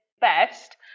best